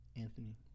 Anthony